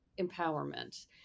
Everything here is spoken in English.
empowerment